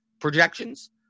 projections